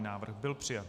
Návrh byl přijat.